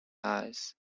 eyes